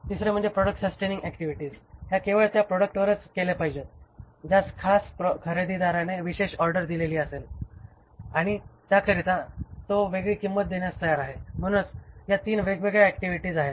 तिसरे म्हणजे product sustaining activities ह्या केवळ त्या प्रॉडक्टवरच केले पाहिजेत ज्यास खास खरेदीदाराने विशेष ऑर्डर दिली असेल आणि त्याकरिता तो वेगळी किंमत देण्यास तयार आहे म्हणून या 3 वेगळ्या ऍक्टिव्हिटीज आहेत